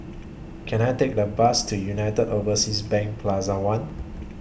Can I Take A Bus to United Overseas Bank Plaza one